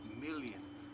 million